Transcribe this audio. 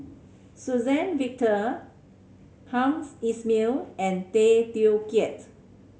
Suzann Victor hams Ismail and Tay Teow Kiat